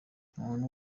umuntu